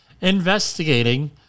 investigating